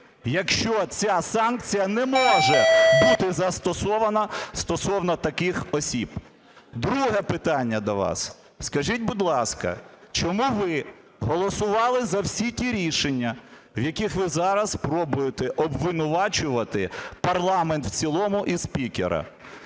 якщо ця санкція не може бути застосована стосовно таких осіб? Друге питання до вас. Скажіть, будь ласка, чому ви голосували за всі ті рішення, в яких ви зараз пробуєте обвинувачувати парламент у цілому і спікера?